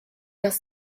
das